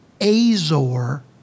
Azor